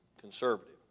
Conservative